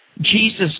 Jesus